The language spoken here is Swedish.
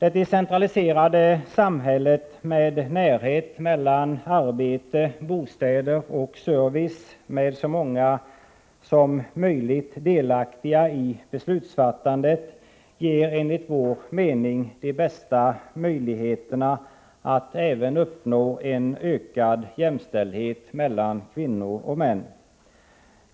Det decentraliserade samhället med närhet mellan arbete, bostäder och service och med så många som möjligt delaktiga i beslutsfattandet ger enligt vår mening de bästa möjligheterna att uppnå även en ökad jämställdhet mellan kvinnor och män.